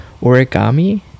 origami